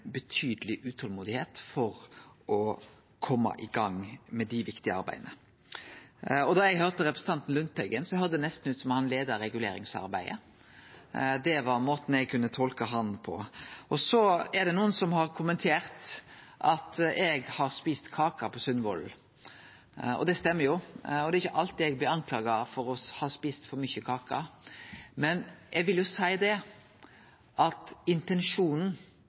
betydeleg utolmod etter å kome i gang med dei viktige arbeida. Da eg høyrde representanten Lundteigen, høyrdest det nesten ut som om han leidde reguleringsarbeidet. Det var måten eg kunne tolke han på. Så er det nokre som har kommentert at eg har spist kake på Sundvollen, og det stemmer jo. Det er ikkje alltid det blir klagd på at eg spiser for mykje kake, men når det gjeld intensjonen med nettopp Ringeriksbanen – det å forstå det prosjektet, kor viktig det er – vil eg